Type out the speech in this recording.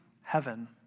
heaven